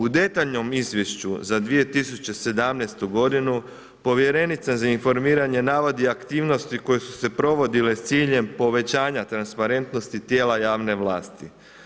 U detaljnom izvješću za 2017. godinu povjerenica za informiranje navodi aktivnosti koje su se provodile s ciljem povećanja transparentnosti tijela javne vlasti.